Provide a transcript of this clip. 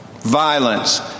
Violence